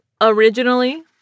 originally